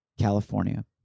California